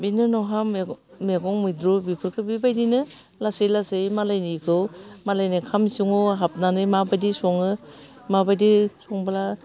बिनि उनावहा मैगं मैद्रु बेफोरखौ बिबायदिनो लासै लासै मालायनिखौ मालायनि ओंखाम इसिङाव हाबानानै माबायदि सङो माबादि संब्ला